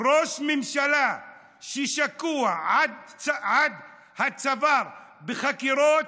"ראש ממשלה ששקוע עד הצוואר בחקירות,